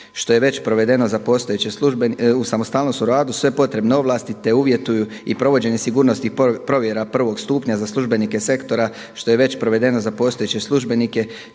ovog sektora na isti način uz samostalnog u radu, sve potrebno ovlasti, te uvjetuju i provođenje sigurnosti provjera prvog stupnja za službenike sektora što je već provedeno za postojeće službenike